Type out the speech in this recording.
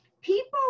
People